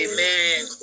Amen